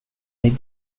mig